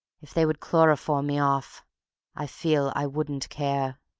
if they would chloroform me off i feel i wouldn't care.